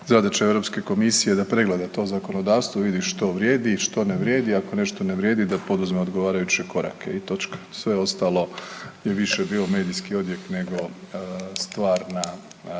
zadaća Europske komisije je da pregleda to zakonodavstvo, vidi što vrijedi, što ne vrijedi, ako nešto ne vrijedi da poduzme odgovarajuće korake i točka. Sve ostalo je više bio medijski odjek nego stvarna,